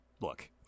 look